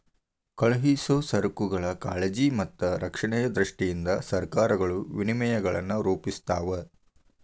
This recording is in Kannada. ಕಳುಹಿಸೊ ಸರಕುಗಳ ಕಾಳಜಿ ಮತ್ತ ರಕ್ಷಣೆಯ ದೃಷ್ಟಿಯಿಂದ ಸರಕಾರಗಳು ನಿಯಮಗಳನ್ನ ರೂಪಿಸ್ತಾವ